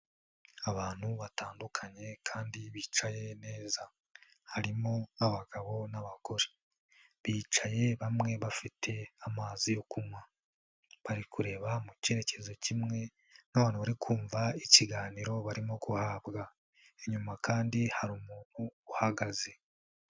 Abantu batandukanye kandi bicaye neza, harimo abagabo n'abagore, bicaye bamwe bafite amazi yo kunywa, bari kureba mu cyerekezo kimwe nk'aban bari kumva ikiganiro barimo guhabwa, inyuma kandi hari umuntu uhagaze.